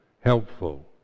helpful